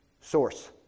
source